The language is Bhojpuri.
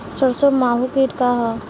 सरसो माहु किट का ह?